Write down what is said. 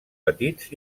petits